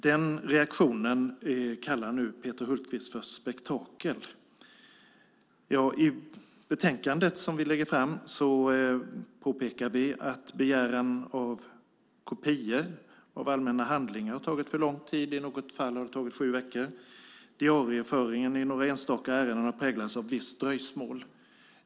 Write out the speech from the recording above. Den reaktionen kallar nu Peter Hultqvist för spektakel. I betänkandet som vi lägger fram påpekar vi att begäran om kopior av allmänna handlingar har tagit för lång tid. I något fall har det tagit sju veckor. Diarieföringen av några enstaka ärenden har präglats av ett visst dröjsmål.